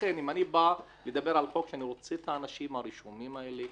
לכן אני רוצה את האנשים הראשונים האלה,